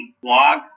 blog